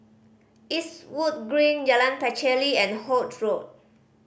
Eastwood Green Jalan Pacheli and Holt Road